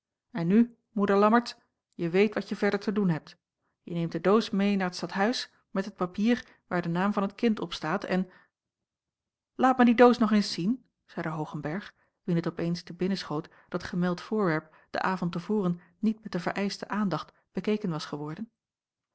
en nu moeder lammertsz je weet wat je verder te doen hebt je neemt de doos meê naar t stadhuis met het papier waar de naam van het kind op staat en laat mij die doos nog eens zien zeî hoogenberg wien het op eens te binnen schoot dat gemeld voorwerp den avond te voren niet met de vereischte aandacht bekeken was geworden